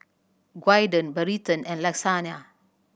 Gyudon Burrito and Lasagne